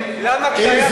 למה כשהיו בחירות,